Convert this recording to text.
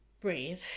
Breathe